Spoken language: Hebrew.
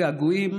געגועים